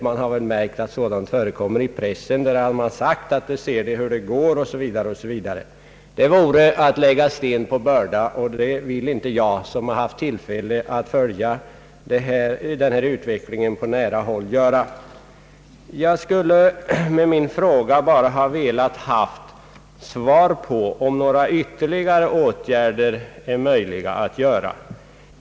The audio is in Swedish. Det har förekommit i pressen, där man påpekat att »man ser hur det går» 0.s. v. Jag som följt denna utveckling på nära håll vill inte göra detta. Det vore att lägga sten på börda. Jag åsyftade med min fråga endast att få besked huruvida några ytterligare åtgärder är möjliga att genomföra.